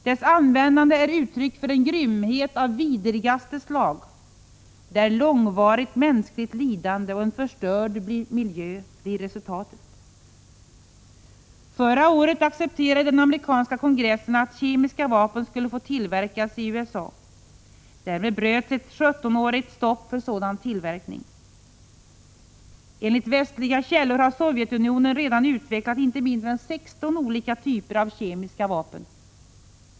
Deras användande är uttryck för en grymhet av vidrigaste slag, där långvarigt mänskligt lidande och en förstörd miljö blir resultatet. Förra året accepterade den amerikanska kongressen att kemiska vapen skulle få tillverkas i USA. Därmed bröts ett 17-årigt stopp för sådan tillverkning. Enligt västliga källor har Sovjetunionen redan utvecklat inte mindre än 16 olika typer av kemiska vapen.